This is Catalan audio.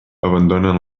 abandonen